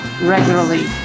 regularly